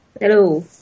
Hello